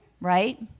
Right